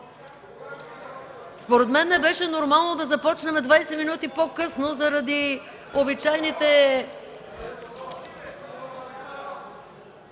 Според мен не беше нормално да започнем 20 минути по-късно заради обичайните